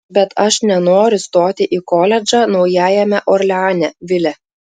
bet aš nenoriu stoti į koledžą naujajame orleane vile